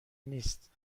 نیست